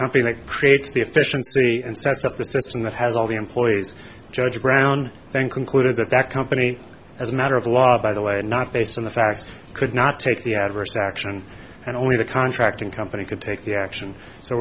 company make creates the efficiency and sets up the system that has all the employees judge brown thank concluded that that company as a matter of law by the way and not based on the facts could not take the adverse action and only the contracting company could take the action so